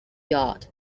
yard